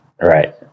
Right